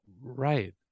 right